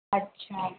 अच्छा